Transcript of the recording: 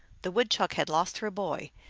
the woodchuck had lost her boy.